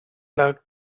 luck